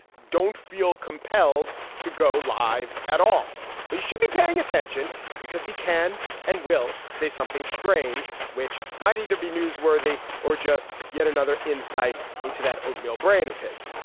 don't feel compelled to go live at all but you should be paying attention attention because he can and will say something strange which might either be newsworthy or just yet another insight into that oatmeal brain of his.